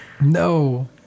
No